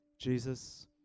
Jesus